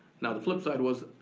now the flip side was,